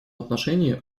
отношении